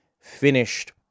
finished